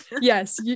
yes